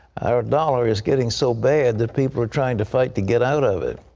our dollar is getting so bad that people are trying to fight to get out of it.